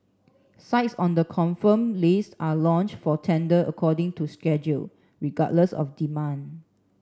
sites on the confirmed list are launched for tender according to schedule regardless of demand